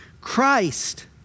Christ